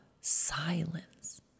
silence